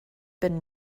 been